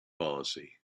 policy